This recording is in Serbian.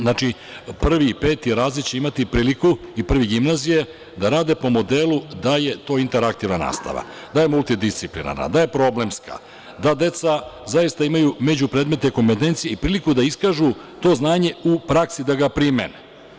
Znači, Prvi i Peti razred će imati priliku i Prvi gimnazije da rade po modelu da je to interaktivna nastava, da je multidisciplinarna, da je problemska, da deca zaista imaju međupredmete i priliku da to znanje iskažu u praksi i da ga primene.